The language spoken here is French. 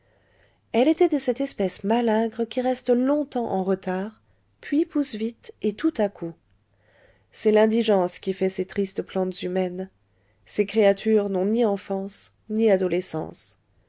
elle était de cette espèce malingre qui reste longtemps en retard puis pousse vite et tout à coup c'est l'indigence qui fait ces tristes plantes humaines ces créatures n'ont ni enfance ni adolescence